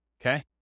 okay